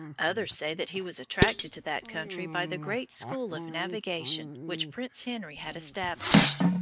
others say that he was attracted to that country by the great school of navigation which prince henry had established.